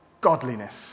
godliness